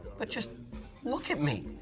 but just look at me.